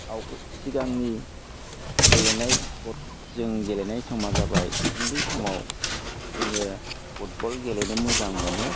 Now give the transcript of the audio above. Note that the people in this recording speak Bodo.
आवगोल सिगांनि गेलेनाय जों गेलेनाय समा जाबाय उन्दै समाव जोङो फुटबल गेलेनो मोजां मोनो